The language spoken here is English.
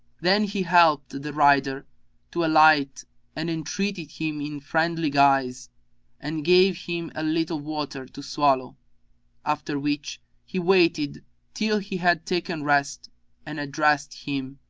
then he helped the rider to alight and entreated him in friendly guise and gave him a little water to swallow after which he waited till he had taken rest and addressed him,